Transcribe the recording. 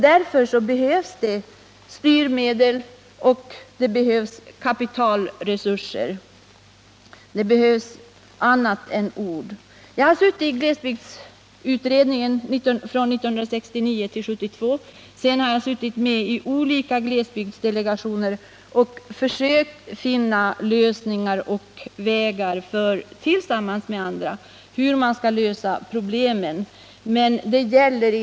Därför behövs styrmedel och kapitalresurser. Det behövs annat än ord. Jag var ledamot av glesbygdsutredningen 1969-1972. Sedan har jag suttit med i olika glesbygdsdelegationer och tillsammans med andra försökt att finna lösningar på problemen.